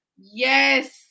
Yes